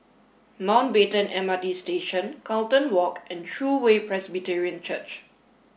Mountbatten M R T Station Carlton Walk and True Way Presbyterian Church